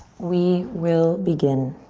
we will begin.